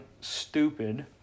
stupid